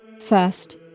First